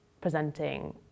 presenting